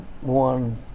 One